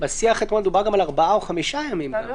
בשיח אתמול דובר על חמישה או ארבעה ימים, לא?